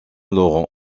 laurent